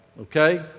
okay